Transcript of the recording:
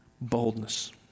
Boldness